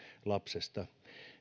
lapsesta